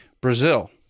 brazil